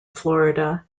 florida